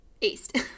east